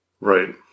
Right